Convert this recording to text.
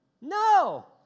No